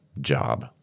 job